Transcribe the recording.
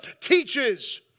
teaches